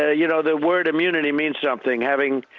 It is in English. ah you know, the word immunity means something. having